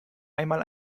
einmal